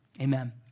Amen